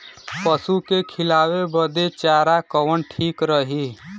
पशु के खिलावे बदे चारा कवन ठीक रही?